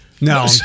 No